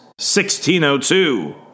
1602